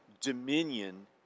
dominion